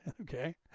Okay